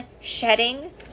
shedding